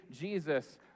jesus